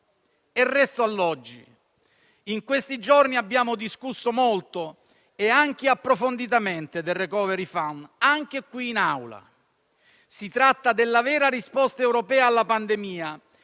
Resto all'oggi. In questi giorni abbiamo discusso molto e anche approfonditamente del *recovery fund*, anche qui in Aula. Si tratta della vera risposta europea alla pandemia